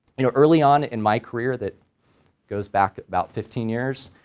you know, early on in my career that goes back about fifteen years,